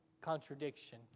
contradiction